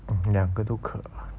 两个都可爱